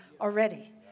already